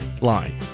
line